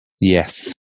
Yes